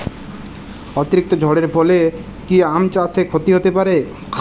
অতিরিক্ত ঝড়ের ফলে কি আম চাষে ক্ষতি হতে পারে?